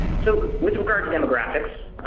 so with regard to demographics,